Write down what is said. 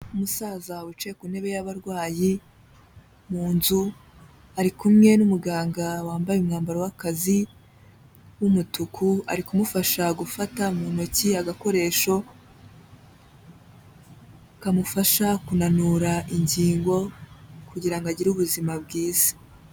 Umusaza wicaye ku ntebe y'abarwayi mu nzu, ari kumwe n'umuganga wambaye umwambaro w'akazi w'umutuku, ari kumufasha gufata mu ntoki agakoresho, kamufasha kunanura ingingo, kugira ngo agire ubuzima bwiza.